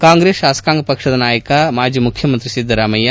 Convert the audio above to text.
ಕಾಂಗ್ರೆಸ್ ಶಾಸಕಾಂಗ ಪಕ್ಷದ ನಾಯಕ ಮಾಜಿ ಮುಖ್ಯಮಂತ್ರಿ ಸಿದ್ದರಾಮಯ್ಯ